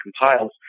compiles